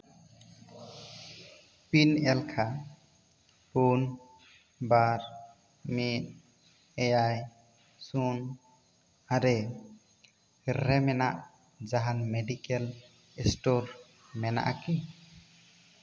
pin ᱮᱞᱠᱷᱟ ᱯᱩᱱ ᱵᱟᱨ ᱢᱤᱫ ᱮᱭᱟᱭ ᱥᱩᱱ ᱟᱨᱮ ᱨᱮ ᱢᱮᱱᱟᱜ ᱡᱟᱦᱟᱱ ᱢᱮᱰᱤᱠᱮᱞ ᱤᱥᱴᱳᱨ ᱢᱮᱱᱟᱜᱼᱟ ᱠᱤ